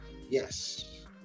yes